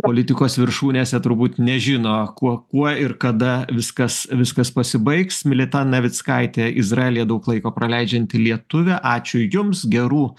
politikos viršūnėse turbūt nežino kuo kuo ir kada viskas viskas pasibaigs mileta navickaitė izraelyje daug laiko praleidžianti lietuvė ačiū jums gerų